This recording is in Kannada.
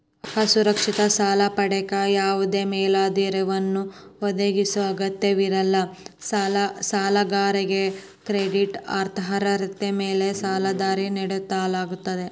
ಅಸುರಕ್ಷಿತ ಸಾಲ ಪಡೆಯಕ ಯಾವದೇ ಮೇಲಾಧಾರವನ್ನ ಒದಗಿಸೊ ಅಗತ್ಯವಿಲ್ಲ ಸಾಲಗಾರಾಗಿ ಕ್ರೆಡಿಟ್ ಅರ್ಹತೆ ಮ್ಯಾಲೆ ಸಾಲದಾತರಿಂದ ನೇಡಲಾಗ್ತ